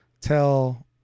tell